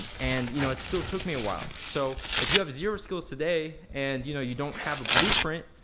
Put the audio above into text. and you know it still took me a while. so if you have zero skills today and you know you don't have a blueprint,